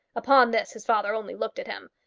upon this his father only looked at him.